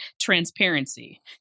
transparency